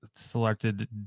Selected